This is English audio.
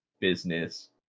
business